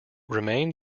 remained